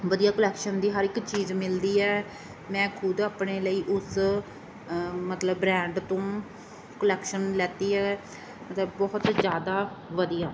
ਵਧੀਆ ਕੁਲੈਕਸ਼ਨ ਦੀ ਹਰ ਇੱਕ ਚੀਜ਼ ਮਿਲਦੀ ਹੈ ਮੈਂ ਖੁਦ ਆਪਣੇ ਲਈ ਉਸ ਮਤਲਬ ਬ੍ਰੈਂਡ ਤੋਂ ਕੁਲੈਕਸ਼ਨ ਲੈਤੀ ਹੈ ਮਤਲਬ ਬਹੁਤ ਜ਼ਿਆਦਾ ਵਧੀਆ